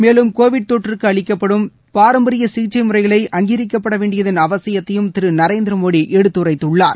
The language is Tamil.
மேலும் கோவிட் தொற்றுக்கு அளிக்கப்படும் பாரம்பரிய சிகிச்சை முறைகளை அங்கீகரிக்கப்பட வேண்டியதன் அவசியத்தையும் திரு நரேந்திர மோடி எடுத்துரைத்துள்ளார்